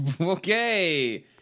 Okay